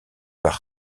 par